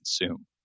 consume